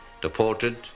Deported